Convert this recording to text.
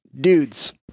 dudes